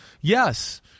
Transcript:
yes